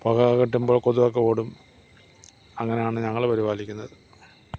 പുക കിട്ടുമ്പോൾ കൊതുകൊക്കെ ഓടും അങ്ങനെയാണ് ഞങ്ങള് പരിപാലിക്കുന്നത്